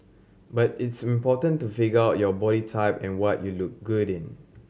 but it's important to figure out your body type and what you look good in